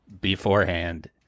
beforehand